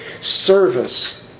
service